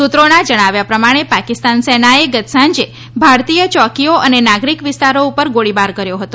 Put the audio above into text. સુત્રોના જણાવ્યા પ્રમાણે પાકિસ્તાન સેનાએ ગત સાંજે ભારતીય ચોકીઓ અને નાગરિક વિસ્તારો ઉપર ગાળીબાર કર્યો હતા